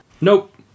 Nope